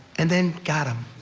and then got him.